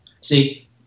see